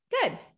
good